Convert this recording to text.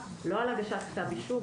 לא על הגשת כתב אישום,